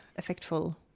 effectful